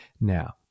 now